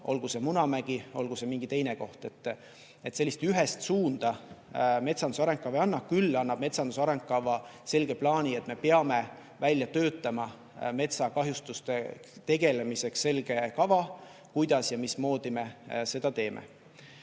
olgu see Munamägi, olgu see mingi teine koht. Sellist ühest suunda metsanduse arengukava ei anna. Küll annab metsanduse arengukava selge plaani, et me peame välja töötama metsakahjustustega tegelemiseks selge kava, kuidas ja mismoodi me seda teeme.